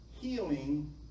healing